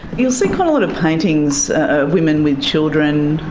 you will see quite a lot of paintings of women with children,